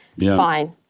fine